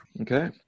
Okay